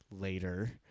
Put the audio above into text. later